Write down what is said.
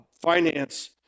finance